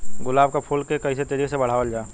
गुलाब क फूल के कइसे तेजी से बढ़ावल जा?